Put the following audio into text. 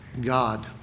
God